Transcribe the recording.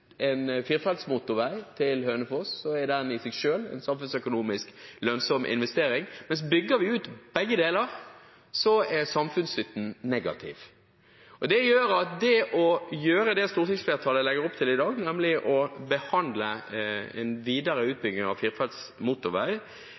en firefelts motorvei til Hønefoss, er den i seg selv en samfunnsøkonomisk lønnsom investering, men bygger vi ut begge deler, er samfunnsnytten negativ. Det å gjøre det stortingsflertallet legger opp til i dag, nemlig å behandle en videre